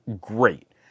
great